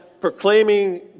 proclaiming